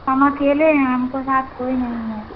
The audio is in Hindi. हम अकेले हैं हमको साथ कोई नहीं है